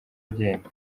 agenda